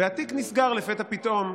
והתיק נסגר לפתע פתאום.